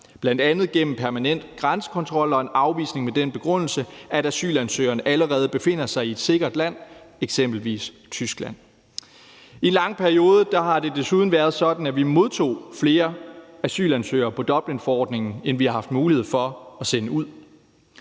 bl.a. gennem permanent grænsekontrol og en afvisning med den begrundelse, at asylansøgeren allerede befinder sig i et sikkert land, eksempelvis Tyskland. I en lang periode har det desuden været sådan, at vi modtog flere asylansøgere på Dublinforordningen, end vi har haft mulighed for at sende ud.